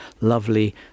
lovely